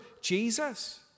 Jesus